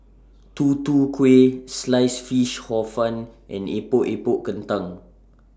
Tutu Kueh Sliced Fish Hor Fun and Epok Epok Kentang